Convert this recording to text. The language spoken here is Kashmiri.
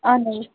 اَہَن حظ